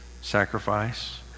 sacrifice